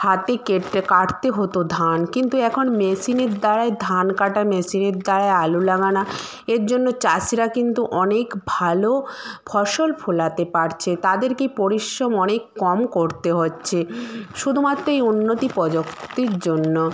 হাতে কেটে কাটতে হতো ধান কিন্তু এখন মেশিনের দ্বারাই ধান কাটার মেশিনের দ্বারাই আলু লাগানো এর জন্য চাষিরা কিন্তু অনেক ভালো ফসল ফোলাতে পারছে তাদেরকে পরিশ্রম অনেক কম করতে হচ্ছে শুধুমাত্র এই উন্নতি প্রযুক্তির জন্য